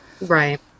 Right